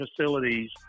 facilities